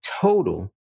total